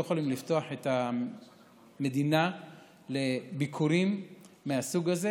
אנחנו לא יכולים לפתוח את המדינה לביקורים מהסוג הזה.